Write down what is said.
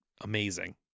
Amazing